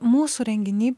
mūsų renginiai